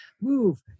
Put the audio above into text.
move